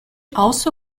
also